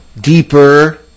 deeper